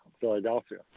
Philadelphia